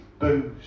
booze